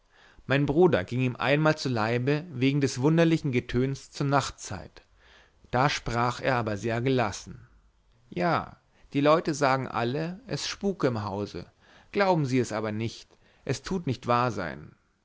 mein bruder ging ihm einmal zu leibe wegen des wunderlichen getöns zur nachtzeit da sprach er aber sehr gelassen ja die leute sagen alle es spuke im hause glauben sie es aber nicht es tut nicht wahr sein